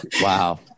Wow